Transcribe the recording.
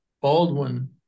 Baldwin